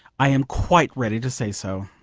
i am quite ready to say so.